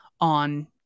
on